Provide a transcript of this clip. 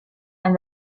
and